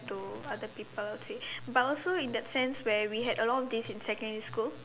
to other people age but also in that sense where we had a lot of these in secondary school